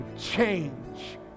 change